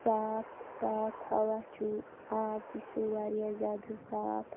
صاف پاک ہوا چھُ آب تہِ چھُ واریاہ زیادٕ صاف